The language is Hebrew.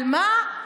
על מה?